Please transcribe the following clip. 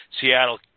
Seattle